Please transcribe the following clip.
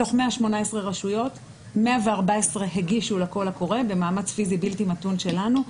מתוך 118 רשויות 114 הגישו לקול הקורא במאמץ פיזי בלתי מתון שלנו,